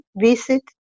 visit